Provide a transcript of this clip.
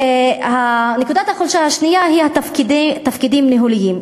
ונקודת החולשה השנייה היא תפקידים ניהוליים.